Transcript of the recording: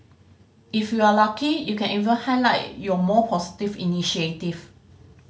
if you are lucky you can even highlight your more positive initiative